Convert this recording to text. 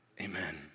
Amen